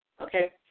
okay